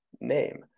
name